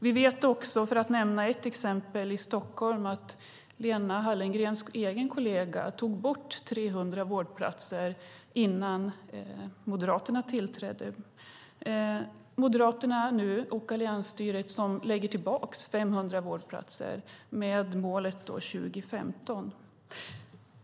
Vi vet också, för att nämna ett exempel i Stockholm, att Lena Hallengrens egen kollega tog bort 300 vårdplatser innan Moderaterna tillträdde - Moderaterna och alliansstyret som nu lägger tillbaka 500 vårdplatser med målet 2015.